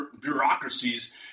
bureaucracies